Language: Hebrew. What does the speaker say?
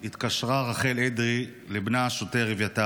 התקשרה רחל אדרי לבנה השוטר אביתר,